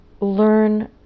learn